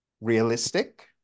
Realistic